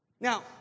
Now